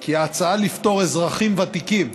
כי ההצעה לפטור אזרחים ותיקים,